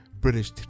British